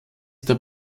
der